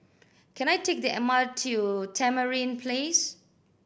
can I take the M R T to Tamarind Place